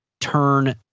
turn